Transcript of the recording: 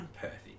perfect